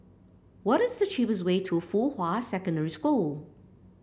what is the cheapest way to Fuhua Secondary School